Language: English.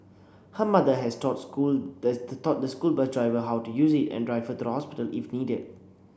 her mother has taught school that taught the school bus driver how to use it and drive her to the hospital if needed